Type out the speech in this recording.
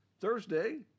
Thursday